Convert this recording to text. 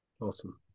Awesome